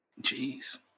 Jeez